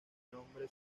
nombre